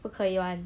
不可以 [one]